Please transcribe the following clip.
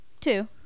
Two